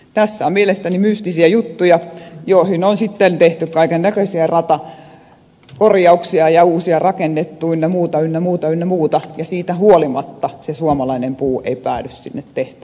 tässä on mielestäni mystisiä juttuja joihin on sitten tehty kaiken näköisiä ratakorjauksia ja uusia rakennettu ynnä muuta ynnä muuta ynnä muuta ja siitä huolimatta se suomalainen puu ei päädy sinne tehtaille ja sitä ei voida käyttää